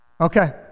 Okay